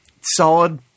solid